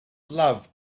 love